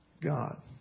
God